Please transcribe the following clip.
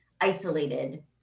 isolated